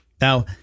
Now